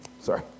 Sorry